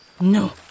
No